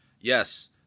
Yes